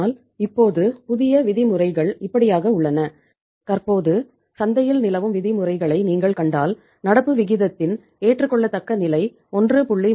ஆனால் இப்போது புதிய விதிமுறைகள் இப்படியாக உள்ளன தற்போது சந்தையில் நிலவும் விதிமுறைகளை நீங்கள் கண்டால் நடப்பு விகிதத்தின் ஏற்றுக்கொள்ளத்தக்க நிலை 1